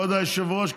כבוד היושב-ראש,